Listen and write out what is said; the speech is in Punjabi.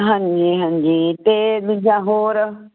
ਹਾਂਜੀ ਹਾਂਜੀ ਤੇ ਦੂਜਾ ਹੋਰ